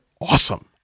awesome